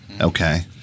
Okay